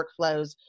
workflows